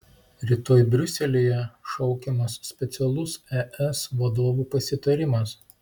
rytoj briuselyje šaukiamas specialus es vadovų pasitarimas